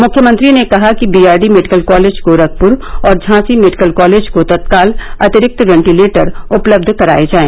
मुख्यमंत्री ने कहा कि बीआरडी मेडिकल कॉलेज गोरखप्र और झांसी मेडिकल कॉलेज को तत्काल अतिरिक्त वेंटिलेटर उपलब्ध कराए जाए